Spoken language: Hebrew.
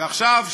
ועכשיו,